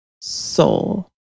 soul